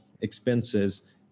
expenses